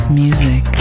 music